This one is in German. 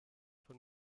von